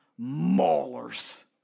Maulers